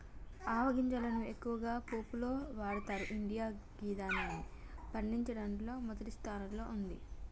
ఆవ గింజలను ఎక్కువగా పోపులో వాడతరు ఇండియా గిదాన్ని పండించడంలో మొదటి స్థానంలో ఉంది